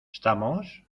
estamos